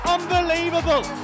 Unbelievable